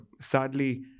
sadly